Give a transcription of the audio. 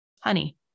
honey